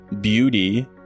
beauty